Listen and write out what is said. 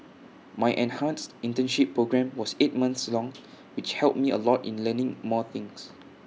my enhanced internship programme was eight months long which helped me A lot in learning more things